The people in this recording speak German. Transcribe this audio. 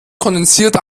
kondensiert